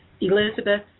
Elizabeth